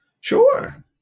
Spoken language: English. Sure